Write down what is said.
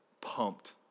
pumped